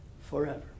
forever